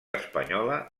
espanyola